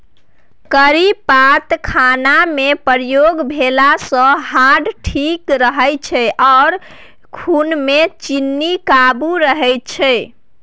करी पात खानामे प्रयोग भेलासँ हार्ट ठीक रहै छै आ खुनमे चीन्नी काबू रहय छै